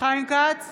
חיים כץ,